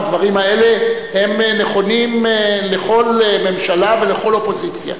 הדברים האלה הם נכונים לכל ממשלה ולכל אופוזיציה,